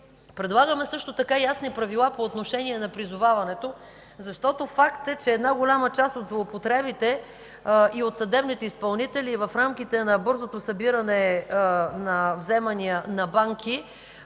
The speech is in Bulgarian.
Предлагаме също така ясни правила по отношение на призоваването. Факт е, че голяма част от злоупотребите и от съдебните изпълнители в рамките на бързото събиране на вземания на банки